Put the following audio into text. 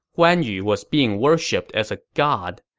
guan yu was being worshipped as a god.